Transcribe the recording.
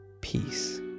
peace